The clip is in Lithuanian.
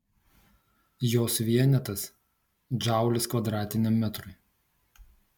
jos vienetas džaulis kvadratiniam metrui